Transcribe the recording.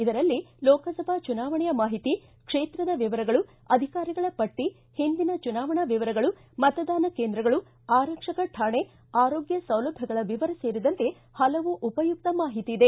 ಇದರಲ್ಲಿ ಲೋಕಸಭಾ ಚುನಾವಣೆಯ ಮಾಹಿತಿ ಕ್ಷೇತ್ರದ ವಿವರಗಳು ಅಧಿಕಾರಿಗಳ ಪಟ್ಟಿ ಹಿಂದಿನ ಚುನಾವಣಾ ವಿವರಗಳು ಮತದಾನ ಕೇಂದ್ರಗಳು ಆರಕ್ಷಕ ಠಾಣೆ ಆರೋಗ್ದ ಸೌಲಭ್ದಗಳ ವಿವರ ಸೇರಿದಂತೆ ಹಲವು ಉಪಯುಕ್ತ ಮಾಹಿತಿ ಇದೆ